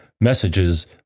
Messages